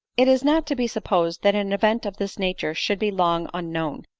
it is not to be supposed that an event of this nature should be long unknown.